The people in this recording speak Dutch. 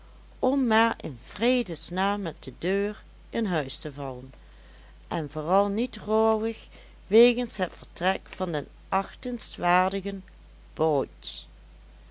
maar in vredes naam met de deur in huis te vallen en vooral niet rouwig wegens het vertrek van den achtenswaardigen bout